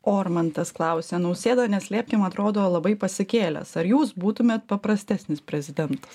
ormantas klausia nausėda neslėpkim atrodo labai pasikėlęs ar jūs būtumėt paprastesnis prezidentas